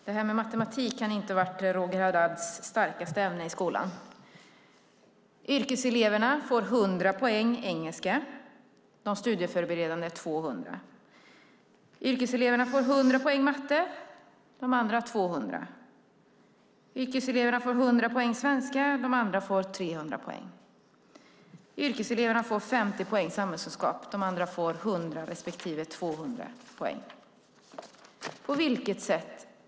Fru talman! Matematik kan inte ha varit Roger Haddads starkaste ämne i skolan. Yrkeseleverna får 100 poäng engelska, de studieförberedande 200. Yrkeseleverna får 100 poäng matte, de andra 200. Yrkeseleverna får 100 poäng svenska, de andra 300. Yrkeseleverna får 50 poäng samhällskunskap, de andra 100 respektive 200 poäng.